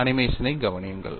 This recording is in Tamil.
அனிமேஷனைக் கவனியுங்கள்